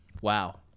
Wow